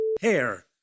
hair